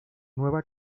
nueva